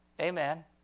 Amen